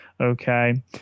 Okay